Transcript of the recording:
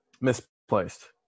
misplaced